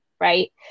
right